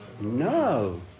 No